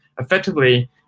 effectively